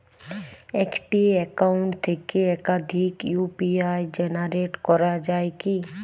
একটি অ্যাকাউন্ট থেকে একাধিক ইউ.পি.আই জেনারেট করা যায় কি?